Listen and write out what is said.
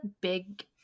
big